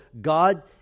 God